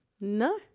No